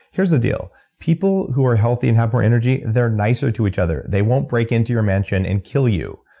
here's the deal. people who are healthy and have more energy, they're nicer to each other. they won't break into your mansion and kill you.